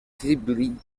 sibley